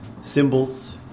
symbols